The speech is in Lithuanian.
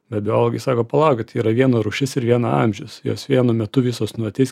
bet biologai sako palaukit yra viena rūšis ir viena amžius jos vienu metu visos nu ateis